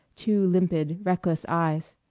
two limpid, reckless eyes.